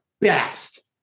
best